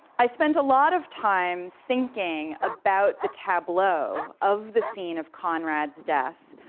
i spent a lot of time thinking about the tableau of the scene of conrad's death,